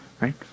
right